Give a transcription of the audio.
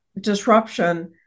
disruption